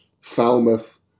Falmouth